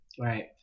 right